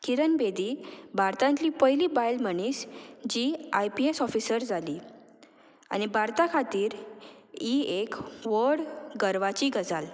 किरण बेदी भारतांतली पयली बायल मनीस जी आय पी एस ऑफिसर जाली आनी भारता खातीर ही एक व्हड गर्वाची गजाल